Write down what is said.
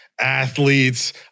athletes